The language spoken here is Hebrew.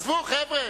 עזבו, חבר'ה,